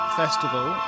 festival